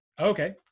Okay